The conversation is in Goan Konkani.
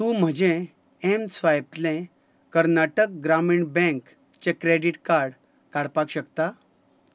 तूं म्हजें एमस्वायपलें कर्नाटक ग्रामीण बँकचें क्रॅडीट कार्ड काडपाक शकता